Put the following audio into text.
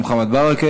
ממ"דים